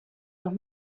los